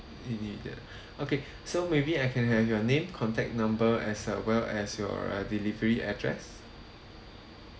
immediate okay so maybe I can have your name contact number as uh well as your uh delivery address